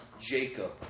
Jacob